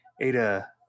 Ada